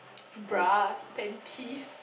bras panties